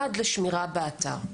עד לשמירה באתר.